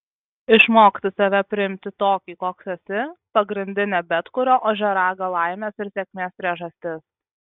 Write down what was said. išmokti save priimti tokį koks esi pagrindinė bet kurio ožiaragio laimės ir sėkmės priežastis